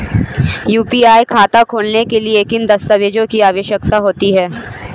UPI खाता खोलने के लिए किन दस्तावेज़ों की आवश्यकता होती है?